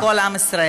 לכל עם ישראל.